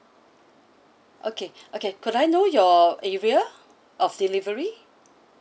okay okay could I know your area of delivery